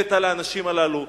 חומלת על האנשים הללו.